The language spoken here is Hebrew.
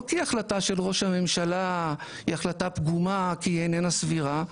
לא כי החלטה של ראש הממשלה היא החלטה פגומה כי איננה סבירה,